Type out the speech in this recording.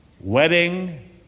Wedding